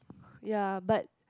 ya but